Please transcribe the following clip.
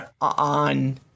on